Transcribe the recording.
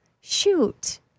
shoot